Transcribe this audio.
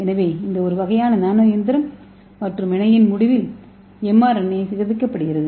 எனவே இது ஒரு வகையான நானோ இயந்திரம் மற்றும் வினையின் முடிவில் எம்ஆர்என்ஏ சிதைக்கப்படுகிறது